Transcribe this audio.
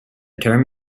term